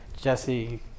Jesse